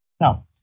Now